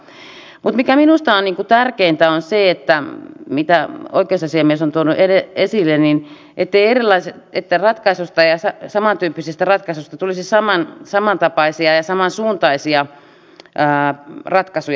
mutta se mikä minusta on tärkeintä on se mitä oikeusasiamies on tuonut esille että samantyyppisistä tapauksista tulisi samantapaisia ja samansuuntaisia ratkaisuja